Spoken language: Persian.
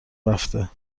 رفته